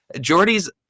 jordy's